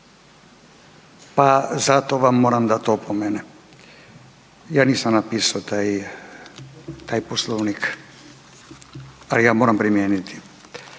pa zato vam moram dati opomene. Ja nisam napisao taj Poslovnik, ali ga moram primijeniti.